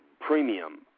premium